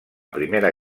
primera